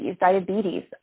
diabetes